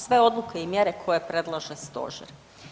Sve odluke i mjere koje predlože stožer.